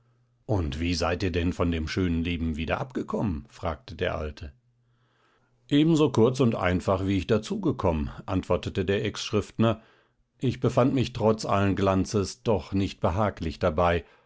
und wie seid ihr denn von dem schönen leben wieder abgekommen fragte der alte ebenso kurz und einfach wie ich dazugekommen antwortete der exschriftner ich befand mich trotz alles glanzes doch nicht behaglich dabei